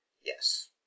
Yes